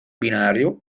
binario